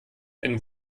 einen